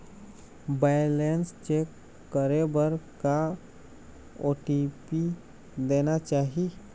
Balance check करे बर का ओ.टी.पी देना चाही?